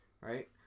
right